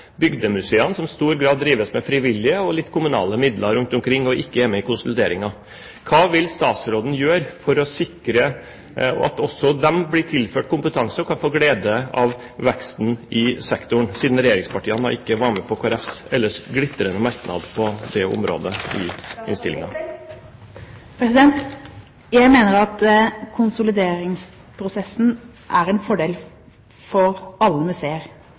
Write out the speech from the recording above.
bygdemuseene, som i stor grad drives av frivillige med private og litt kommunale midler rundt omkring og ikke er med i konsolideringen. Hva vil statsråden gjøre for å sikre at også de blir tilført kompetanse og kan få glede av veksten i sektoren – siden regjeringspartiene ikke var med på Kristelig Folkepartis ellers glitrende merknader på tre områder i innstillingen? Jeg mener at konsolideringsprosessen er en fordel for alle museer, også små, lokale bygdemuseer, for når vi